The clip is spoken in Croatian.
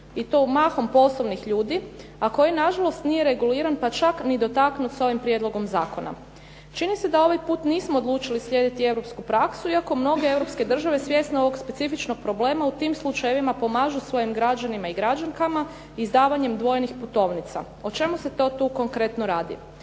i to mahom poslovnih ljudi a koji nažalost nije reguliran pa čak ni dotaknut ovim prijedlogom zakona. Čini se da ovaj put nismo odlučili slijediti europsku praksu iako mnoge europske države svjesne ovog specifičnog problema u tim slučajevima pomažu svojim građanima i građankama izdavanjem dvojnih putovnica. O čemu se to tu konkretno radi?